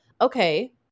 Okay